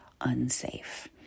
unsafe